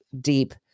deep